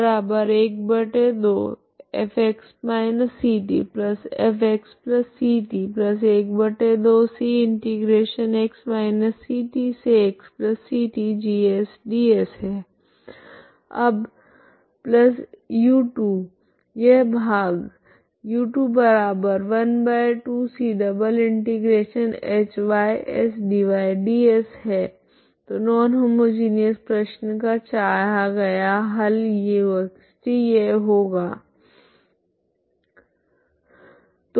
अब u2 यह भाग है तो नॉन होमोजिनिऔस प्रश्न का चाहा गया हल है